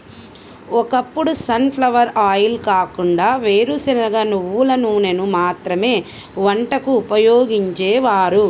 ఒకప్పుడు sunflower oil కాకుండా వేరుశనగ, నువ్వుల నూనెను మాత్రమే వంటకు ఉపయోగించేవారు